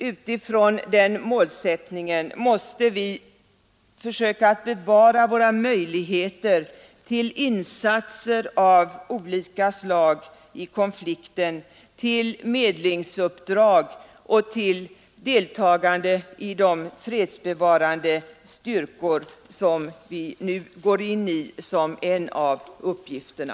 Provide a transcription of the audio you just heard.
Utifrån den målsättningen måste vi försöka bevara våra möjligheter att i konflikten göra insatser av olika slag, exempelvis möjligheterna till medlingsuppdrag och till deltagande i de fredsbevarande styrkor som vi nu går in i som en av uppgifterna.